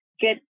get